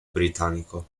británico